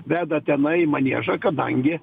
veda tenai į maniežą kadangi